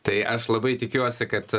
tai aš labai tikiuosi kad